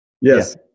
yes